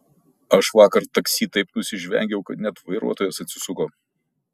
aš vakar taksi taip nusižvengiau kad net vairuotojas atsisuko